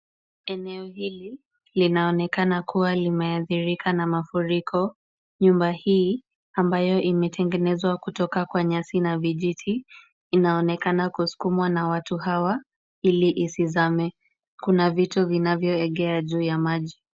Eneo hili linaonekana kuwa limeaathirika na mafuriko. Nyumba hii ambayo imetengenezwa kutoka kwa nyasi na vijiti inaonekana kusukumwa na watu hawa ili isizame. Kuna vitu vinavyoelea juu ya maji.